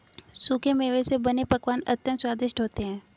सूखे मेवे से बने पकवान अत्यंत स्वादिष्ट होते हैं